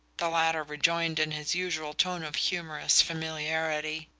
the latter rejoined in his usual tone of humorous familiarity.